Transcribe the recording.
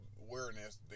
awareness